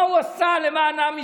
מה הוא עשה למען עם ישראל?